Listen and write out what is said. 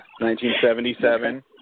1977